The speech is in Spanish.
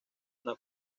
una